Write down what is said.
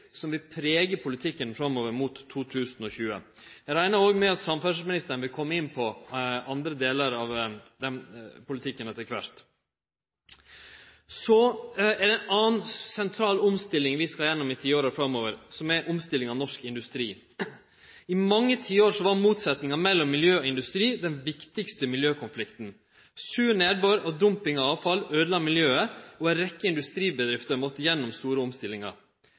som vil prege politikken framover mot 2020. Eg reknar med at samferdselsministeren vil kome inn på andre delar av den politikken etter kvart. Så er det ei anna sentral omstilling vi skal gjennom i tiåra framover. Det er omstillinga av norsk industri. I mange tiår var motsetjinga mellom miljø og industri den viktigaste miljøkonflikten. Sur nedbør og dumping av avfall øydela miljøet, og ei rekkje industribedrifter måtte gjennom store omstillingar.